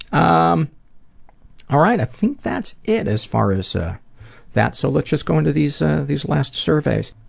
um all right i think that's it as far as that so let's just go into these these last surveys.